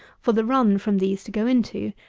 for the run from these to go into,